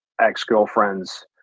ex-girlfriend's